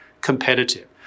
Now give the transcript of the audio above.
competitive